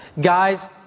Guys